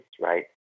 right